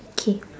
okay